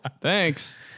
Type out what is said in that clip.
thanks